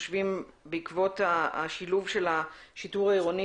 חושבים בעקבות השילוב של השיטור העירוני